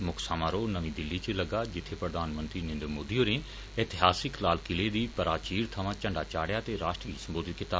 मुक्ख समारोह नमीं दिल्ली इच लग्गा जित्थे प्रधानमंत्री नरेन्द्र मोदी होरें ऐतिहासिक लाल किले थाहर झण्डा चाढ़ेआ ते राश्ट्र गी सम्बोधित कीता